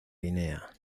guinea